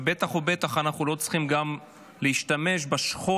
ובטח ובטח אנחנו לא צריכים גם להשתמש בשכול